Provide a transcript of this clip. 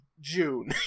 June